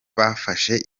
bafashe